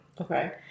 Okay